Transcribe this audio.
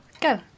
Go